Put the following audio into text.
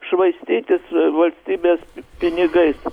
švaistytis valstybės pinigais